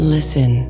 Listen